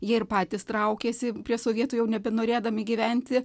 jie ir patys traukėsi prie sovietų jau nebenorėdami gyventi